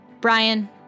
brian